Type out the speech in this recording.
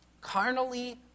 carnally